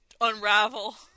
unravel